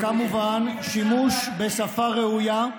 וכמובן שימוש בשפה ראויה,